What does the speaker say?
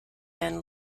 man